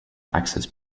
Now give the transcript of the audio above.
access